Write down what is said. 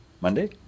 Monday